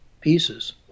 pieces